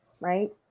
right